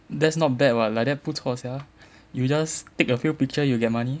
that's not bad [what] like that 不错 sia you just take a few picture you get money